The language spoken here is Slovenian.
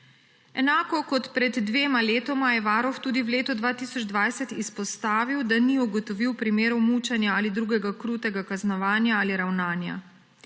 Enako kot pred dvema letoma je Varuh tudi v letu 2020 izpostavil, da ni ugotovil primerov mučenja ali drugega krutega kaznovanja ali ravnanja,